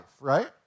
right